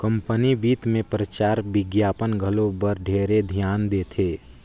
company बित मे परचार बिग्यापन घलो बर ढेरे धियान देथे